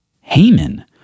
Haman